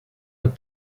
een